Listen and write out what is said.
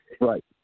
Right